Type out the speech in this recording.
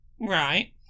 Right